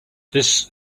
this